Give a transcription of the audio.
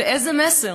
ואיזה מסר?